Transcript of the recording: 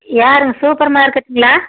யாருங்க சூப்பர் மார்க்கெட்டுங்ளா